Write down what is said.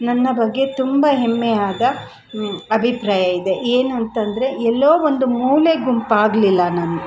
ನನ್ನ ಬಗ್ಗೆ ತುಂಬ ಹೆಮ್ಮೆಯಾದ ಅಭಿಪ್ರಾಯ ಇದೆ ಏನು ಅಂತಂದರೆ ಎಲ್ಲೋ ಒಂದು ಮೂಲೆ ಗುಂಪಾಗಲಿಲ್ಲ ನಾನು